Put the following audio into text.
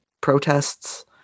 Protests